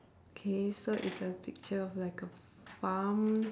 K so it's a picture of like a farm